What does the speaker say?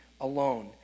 alone